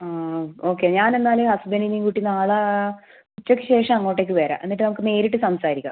ആ ഓക്കെ ഞാൻ എന്നാൽ ഹസ്ബൻ്റിനെയും കൂട്ടി നാളെ ഉച്ചക്ക് ശേഷം അങ്ങോട്ടേയ്ക്ക് വരാം എന്നിട്ട് നമ്മൾക്ക് നേരിട്ട് സംസാരിക്കാം